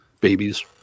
Babies